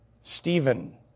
Stephen